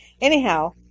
Anyhow